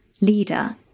leader